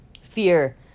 Fear